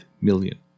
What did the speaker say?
million